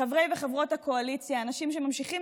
חברי וחברות הקואליציה אנשים שממשיכים